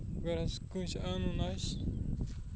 اَگر حظ کٲنسہِ اَنُن آسہِ